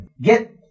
get